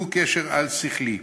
הוא קשר על-שכלי.